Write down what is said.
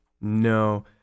No